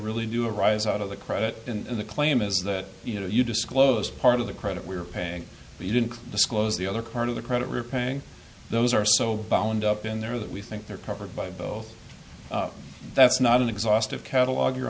really do arise out of the credit in the claim is that you know you disclose part of the credit we're paying we didn't disclose the other current of the credit repaying those are so bound up in there that we think they're covered by both that's not an exhaustive catalogue your